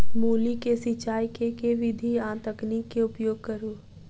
मूली केँ सिचाई केँ के विधि आ तकनीक केँ उपयोग करू?